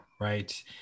right